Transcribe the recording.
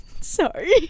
sorry